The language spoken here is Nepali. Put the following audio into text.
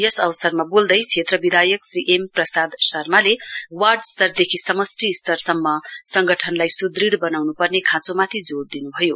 यस अवसरमा बोल्दै क्षेत्र विधायक श्री एम प्रसाद शर्माले वार्ड स्तरदेखि समस्टि स्तरसम्म संगठनलाई सुद्गढ बनाउनु पर्ने खाँचोमाथि जोड़ दिनुभयो